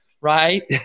right